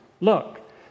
Look